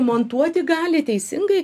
montuoti gali teisingai